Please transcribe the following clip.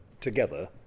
together